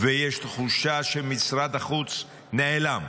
ויש תחושה שמשרד החוץ נעלם.